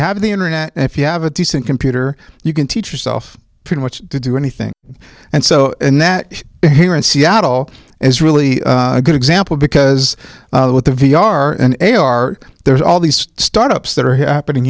have the internet if you have a decent computer you can teach yourself pretty much to do anything and so and that behavior in seattle is really a good example because of what the v r n a r there's all these startups that are happening